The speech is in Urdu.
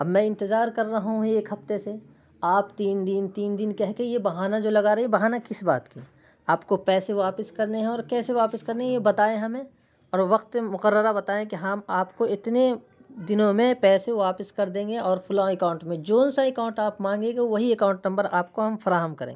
اب میں انتظار کر رہا ہوں ایک ہفتے سے آپ تین دن تین دن کہہ کے یہ بہانہ جو لگا رہے ہیں یہ بہانہ کس بات کی آپ کو پیسے واپس کرنے ہیں اور کیسے واپس کرنے ہیں یہ بتائیں ہمیں اور وقت مقررہ بتائیں کہ ہم آپ کو اتنے دنوں میں پیسے واپس کر دیں گے اور فلاں اکاؤنٹ میں جون سا اکاؤنٹ آپ مانگیں گے وہی اکاؤنٹ نمبر آپ کو ہم فراہم کریں گے